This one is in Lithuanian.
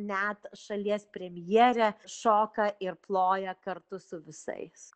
net šalies premjerė šoka ir ploja kartu su visais